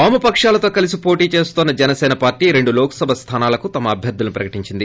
వామపకాలతో కలిసి పోటీ చేస్తున్న జనసేన పార్టీ రెండు లోక్సభ స్థానాలకు తమ అభ్యర్థులను ప్రకటించింది